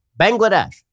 Bangladesh